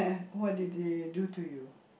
what did they do to you